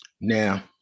Now